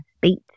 beat